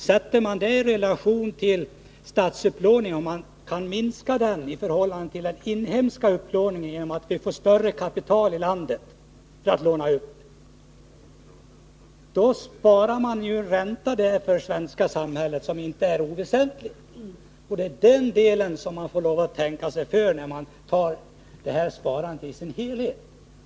Kan vi genom att vi får mer kapital inom landet minska statens upplåning utomlands i förhållande till den inhemska upplåningen, sparar vi ju räntor för det svenska samhället som inte är oväsentliga. I det avseendet får man lov att tänka sig för, när man diskuterar sparandet i dess helhet.